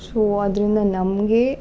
so ಅದರಿಂದ ನಮಗೇ